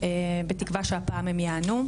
בתקווה שהפעם הם ייענו.